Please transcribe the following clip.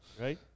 right